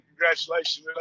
congratulations